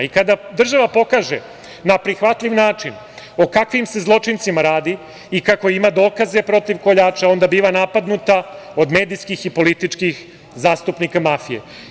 I kada država pokaže na prihvatljiv način o kakvim se zločincima radi i kako ima dokaze protiv koljača, onda biva napadnuta od medijskih i političkih zastupnika mafije.